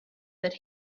that